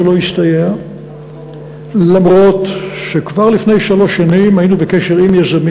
זה לא הסתייע אף שכבר לפני שלוש שנים היינו בקשר עם יזמים